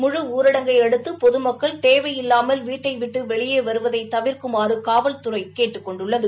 முழுஊரடங்கை அடுத்து பொதுமக்கள் தேவையில்லாமல் வீட்டைவிட்டு வெளியே வருவதை தவிர்க்குமாறு காவல்துறை கேட்டுக் கொண்டுள்ளது